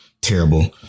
terrible